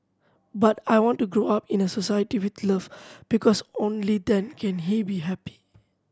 but I want to grow up in a society with love because only then can he be happy